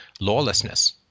lawlessness